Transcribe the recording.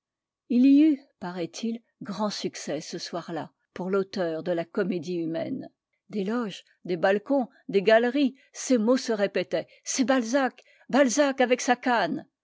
y eut paraît-il grand succès ce soir-là pour tàuteur de la comédie humaine c des loges des balcons des galeries ces mots se répétaient u c'est balzac balzac avec sa canne